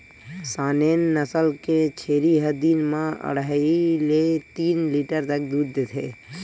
Saanen नसल के छेरी ह दिन म अड़हई ले तीन लीटर तक दूद देथे